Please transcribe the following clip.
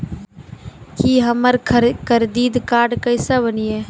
की हमर credit card केसे बनिये?